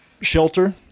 Shelter